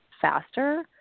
faster